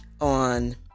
on